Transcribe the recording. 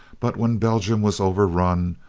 but when belgium was overrun,